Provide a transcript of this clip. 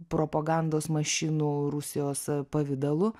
propagandos mašinų rusijos pavidalu